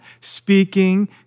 speaking